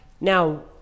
Now